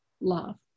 love